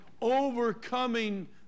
overcoming